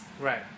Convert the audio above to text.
right